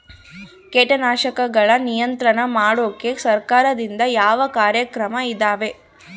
ಕೇಟನಾಶಕಗಳ ನಿಯಂತ್ರಣ ಮಾಡೋಕೆ ಸರಕಾರದಿಂದ ಯಾವ ಕಾರ್ಯಕ್ರಮ ಇದಾವ?